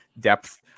depth